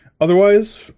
otherwise